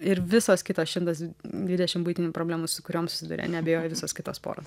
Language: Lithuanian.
ir visos kitos šimtas dvidešim buitinių problemų su kuriom susiduria neabejoju visos kitos poros